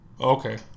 Okay